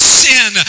sin